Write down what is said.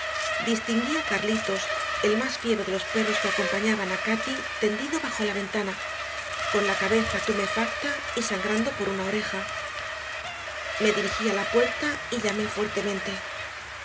a carlitos el más fiero de los perros que acompañaban a cati tendido bajo la ventana con la cabeza tumefacta y sangrando por una oreja me dirigí a la puerta y llamé fuertemente